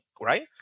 right